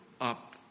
up